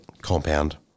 compound